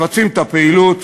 מבצעים את הפעילות